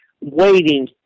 waiting